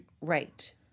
Right